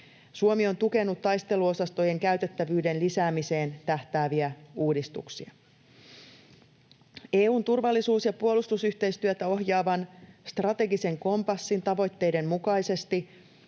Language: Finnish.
Suomi on tukenut taisteluosastojen käytettävyyden lisäämiseen tähtääviä uudistuksia. EU:n turvallisuus- ja puolustusyhteistyötä ohjaavan strategisen kompassin tavoitteiden mukaisesti